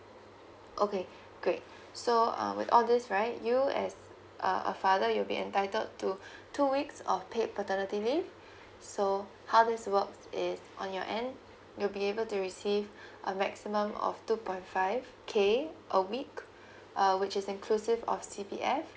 okay great so um with all this right you as a a father you'll be entitled to two weeks of paid paternity leave so how this works is on your end you'll be able to receive a maximum of two point five K a week uh which is inclusive of C_P_F